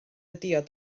diod